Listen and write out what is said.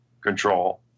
control